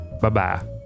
Bye-bye